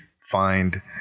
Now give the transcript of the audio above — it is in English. find